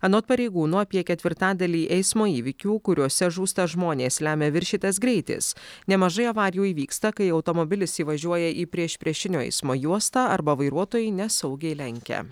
anot pareigūnų apie ketvirtadalį eismo įvykių kuriuose žūsta žmonės lemia viršytas greitis nemažai avarijų įvyksta kai automobilis įvažiuoja į priešpriešinio eismo juostą arba vairuotojai nesaugiai lenkia